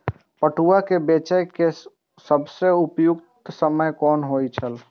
पटुआ केय बेचय केय सबसं उपयुक्त समय कोन होय छल?